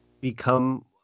become